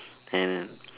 and